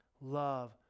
Love